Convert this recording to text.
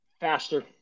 Faster